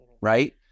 right